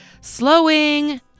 slowing